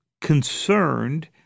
concerned